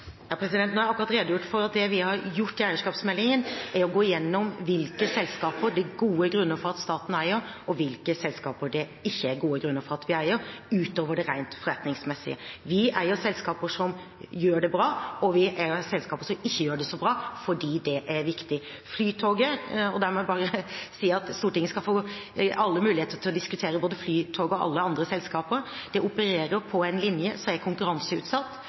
jeg akkurat redegjort for at det vi har gjort i eierskapsmeldingen, er å gå gjennom hvilke selskaper det er gode grunner for at staten eier og hvilke selskaper det ikke er gode grunner for at vi eier, utover det rent forretningsmessige. Vi eier selskaper som gjør det bra, og vi eier selskaper som ikke gjør det så bra, fordi det er viktig. Flytoget – og la meg bare si at Stortinget skal få alle muligheter til å diskutere både Flytoget og alle andre selskaper – opererer på en linje som er konkurranseutsatt.